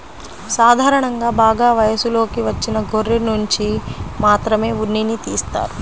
సాధారణంగా బాగా వయసులోకి వచ్చిన గొర్రెనుంచి మాత్రమే ఉన్నిని తీస్తారు